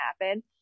happen